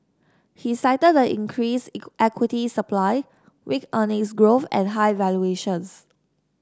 he cited the increased equity supply weak earnings growth and high valuations